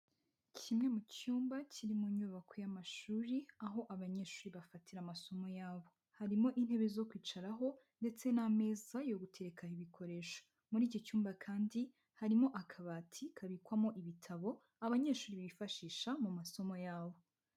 Kimwe mu cyumba kiri mu nyubako y'amashuri aho abanyeshuri bafatira amasomo yabo, harimo intebe zo kwicaraho ndetse n'ameza yo gu guterekaho ibikoresho, muri iki cyumba kandi harimo akabati kabikwamo ibitabo abanyeshuri bifashisha mu masomo yabo.